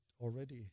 already